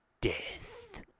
death